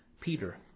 Peter